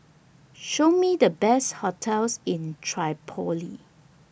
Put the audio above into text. Show Me The Best hotels in Tripoli